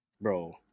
Bro